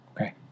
Okay